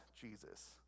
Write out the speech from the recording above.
Jesus